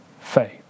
faith